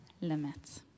limits